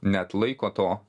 neatlaiko to